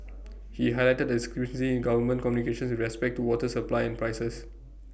he highlighted A discrepancy in government communications respect to water supply and prices